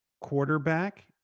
quarterback